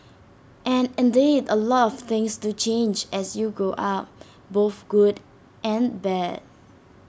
and indeed A lot of things do change as you grow up both good and bad